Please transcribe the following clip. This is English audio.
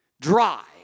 dry